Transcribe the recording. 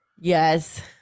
Yes